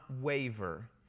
waver